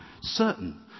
certain